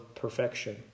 perfection